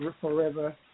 forever